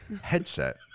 headset